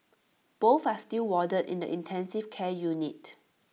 both are still warded in the intensive care unit